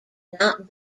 not